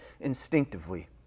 instinctively